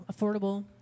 affordable